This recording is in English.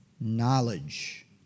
knowledge